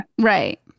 Right